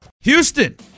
Houston